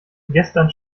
gestern